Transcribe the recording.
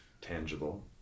tangible